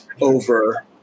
over